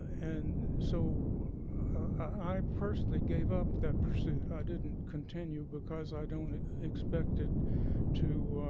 and so i personally gave up that pursuit. i didn't continue because i don't expect it to